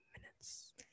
minutes